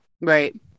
Right